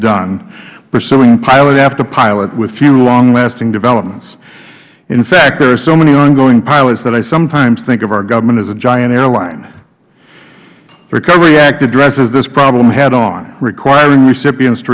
done pursuing pilot after pilot with few longlasting developments in fact there are so many ongoing pilots that i sometimes think of our government as a giant airline the recovery act addresses this problem head on requiring recipients to